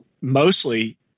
mostly